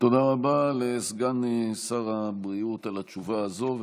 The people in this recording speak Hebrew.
תודה רבה לסגן שר הבריאות על התשובה הזאת.